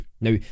Now